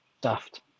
daft